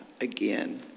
again